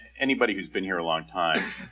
anybody who's been here a long time,